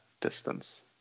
distance